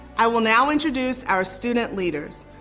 i will now introduce our student leaders.